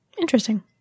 Interesting